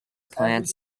plants